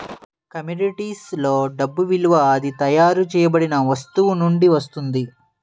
commodities లో డబ్బు విలువ అది తయారు చేయబడిన వస్తువు నుండి వస్తుంది